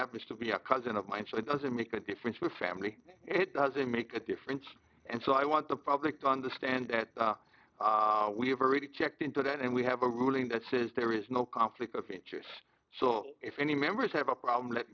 happens to be a cousin of mine so it doesn't make a difference for family it doesn't make a difference and so i want the public to understand at we've already checked into that and we have a ruling that says there is no conflict of interest so if any members have a problem let